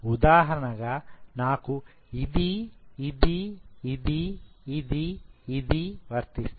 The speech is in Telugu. ఉదాహరణగా నాకు ఇది ఇది ఇది ఇది ఇది వర్తిస్తాయి